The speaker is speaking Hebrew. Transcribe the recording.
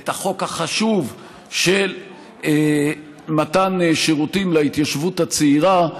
את החוק החשוב של מתן שירותים להתיישבות הצעירה.